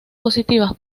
positivas